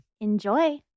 Enjoy